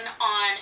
on